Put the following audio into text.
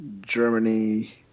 Germany